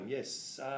Yes